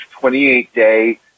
28-day